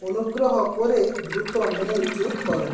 অনুগ্রহ করে দ্রুত মেল চেক করো